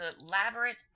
elaborate